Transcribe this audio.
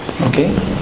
Okay